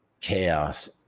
chaos